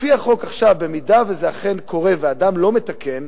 לפי החוק עכשיו, במידה שזה אכן קורה ואדם לא מתקן,